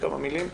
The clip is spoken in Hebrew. בבקשה.